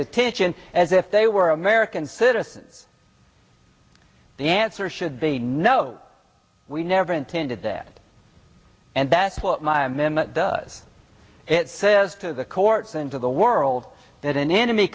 detention as if they were american citizens the answer should be no we never intended that and that's what my memo does it says to the courts and to the world that an enemy